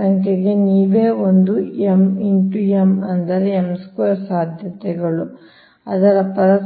ಸಂಖ್ಯೆಗೆ ನೀವೇ ಒಂದು m x m ಅಂದರೆ m² ಸಾಧ್ಯತೆಗಳು ಆದರೆ ಪರಸ್ಪರ m n ಆಗಿರುತ್ತದೆ